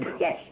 Yes